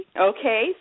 Okay